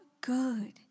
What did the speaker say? good